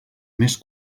més